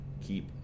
keep